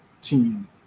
team